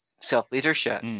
self-leadership